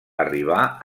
arribà